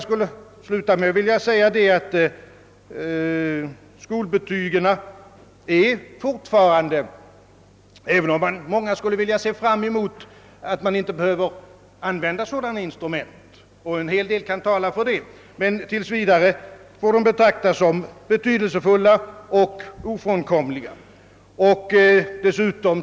Skolbetygen är fortfarande betydelsefulla och ofrånkomliga, även om många skulle se fram emot att ett sådant instrument inte behövde användas — en hel del talar kanske därför.